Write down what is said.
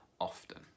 often